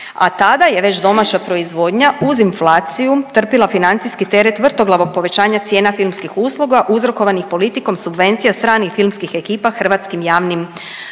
a tada je već domaća proizvodnja uz inflaciju trpila financijski teret vrtoglavog povećanja cijena filmskih usluga uzrokovanih politikom subvencije stranih filmskih ekipa hrvatskim javnim novcem